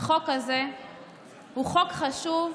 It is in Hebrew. החוק הזה הוא חוק חשוב,